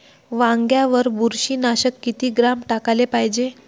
वांग्यावर बुरशी नाशक किती ग्राम टाकाले पायजे?